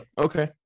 Okay